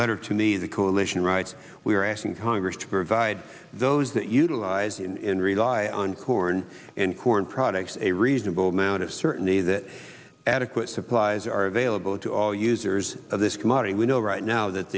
letter to me the coalition writes we're asking congress to provide those that utilized in rely on corn and corn proud a reasonable amount of certainty that adequate supplies are available to all users of this commodity we know right now that